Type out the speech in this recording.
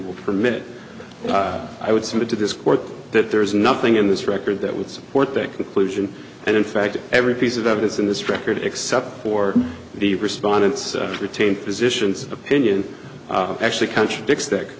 will permit i would submit to this court that there is nothing in this record that would support that conclusion and in fact every piece of evidence in this record except for the respondents retained physicians opinion actually contradicts thick